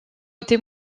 été